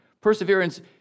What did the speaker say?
Perseverance